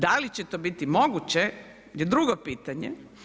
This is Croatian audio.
Da li će to biti moguće je drugo pitanje.